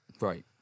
Right